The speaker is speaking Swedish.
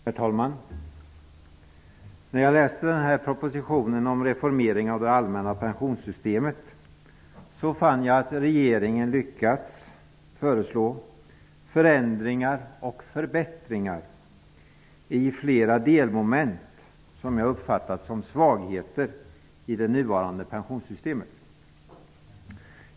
Herr talman! När jag läste propositionen om reformering av det allmänna pensionssystemet fann jag att regeringen lyckats föreslå förändringar och förbättringar i flera delmoment som jag har uppfattat som svagheter i nuvarande pensionssystem.